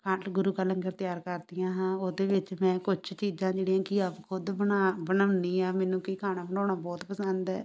ਗੁਰੂ ਕਾ ਲੰਗਰ ਤਿਆਰ ਕਰਦੀਆਂ ਹਾਂ ਉਹਦੇ ਵਿੱਚ ਮੈਂ ਕੁਛ ਚੀਜ਼ਾਂ ਜਿਹੜੀਆਂ ਕਿ ਆਪ ਖੁਦ ਬਣਾ ਬਣਾਉਦੀ ਹਾਂ ਮੈਨੂੰ ਕਿ ਖਾਣਾ ਬਣਾਉਣਾ ਬਹੁਤ ਪਸੰਦ ਹੈ